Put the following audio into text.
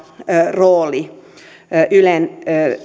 rooli näissä ylen